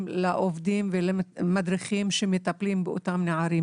לעובדים ולמדריכים שמטפלים באותם נערים.